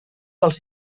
dels